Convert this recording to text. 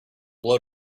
blow